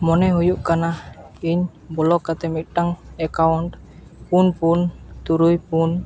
ᱢᱚᱱᱮ ᱦᱩᱭᱩᱜ ᱠᱟᱱᱟ ᱤᱧ ᱵᱞᱚᱠ ᱠᱟᱛᱮᱫ ᱢᱤᱫᱴᱟᱝ ᱮᱠᱟᱣᱩᱱᱴ ᱯᱩᱱ ᱯᱩᱱ ᱛᱩᱨᱩᱭ ᱯᱩᱱ